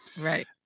Right